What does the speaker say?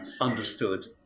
understood